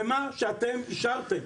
במה שאתם אישרתם,